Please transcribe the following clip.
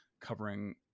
covering